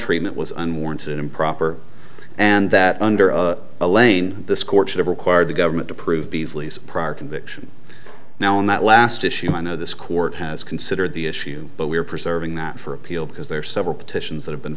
treatment was unwarranted improper and that under a elaine this court should require the government to prove beasley's prior conviction now and that last issue i know this court has considered the issue but we are preserving that for appeal because there are several petitions that have been